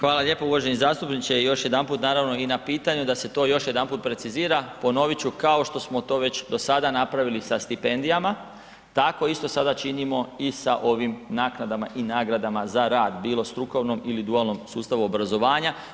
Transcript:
Hvala lijepo uvaženi zastupniče, još jedanput naravno i na pitanju da se to još jedanput precizira, ponoviti ću kao što smo to već do sada napravili sa stipendijama, tako isto sada činimo i sa ovim naknadama i nagradama za rad bilo strukovno ili dualnom sustavu obrazovanja.